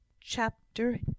Chapter